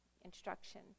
instruction